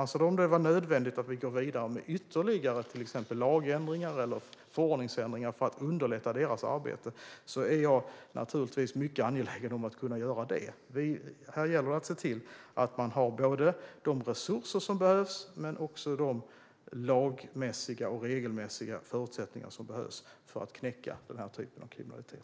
anser att det är nödvändigt att vi går vidare ytterligare med till exempel lagändringar eller förordningsändringar för att underlätta deras arbete är jag naturligtvis mycket angelägen om att göra det. Här gäller det att se till att man har både de resurser som behövs och de lagmässiga och regelmässiga förutsättningar som behövs för att knäcka den här typen av kriminalitet.